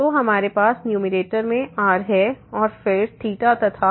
तो हमारे पास न्यूमैरेटर मेंr है और फिर तथा